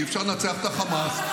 אי-אפשר לנצח את חמאס,